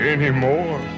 Anymore